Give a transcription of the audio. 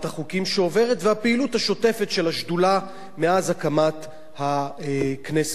שעוברת והפעילות השוטפת של השדולה מאז הקמת הכנסת הזאת.